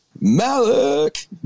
malik